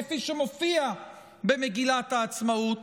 כפי שמופיע במגילת העצמאות,